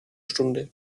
stunde